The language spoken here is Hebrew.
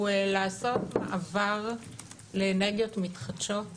הוא לעשות מעבר לאנרגיות מתחדשות.